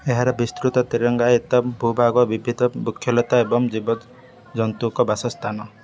ଏହାର ବିସ୍ତୃତ ତିରଙ୍ଗାୟିତ ଭୂଭାଗ ବିବିଧ ବୃକ୍ଷଲତା ଏବଂ ଜୀବଜନ୍ତୁଙ୍କ ବାସସ୍ଥାନ